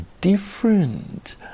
different